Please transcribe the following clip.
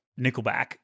Nickelback